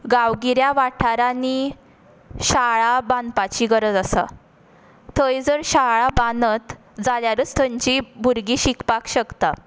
गांवगिऱ्या वाठारांनी शाळा बांदपाची गरज आसा थंय जर शाळा बांदत जाल्यारच थंची भुरगीं शिकपाक शकता